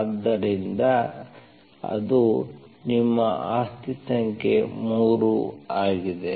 ಆದ್ದರಿಂದ ಅದು ನಿಮ್ಮ ಆಸ್ತಿ ಸಂಖ್ಯೆ 3 ಆಗಿದೆ